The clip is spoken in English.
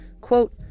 quote